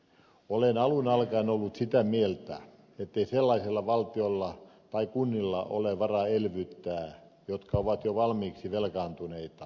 olen alun alkaen ollut sitä mieltä ettei sellaisella valtiolla tai sellaisilla kunnilla ole varaa elvyttää jotka ovat jo valmiiksi velkaantuneita